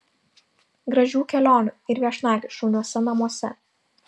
gražių kelionių ir viešnagių šauniuose namuose